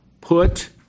Put